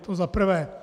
To za prvé.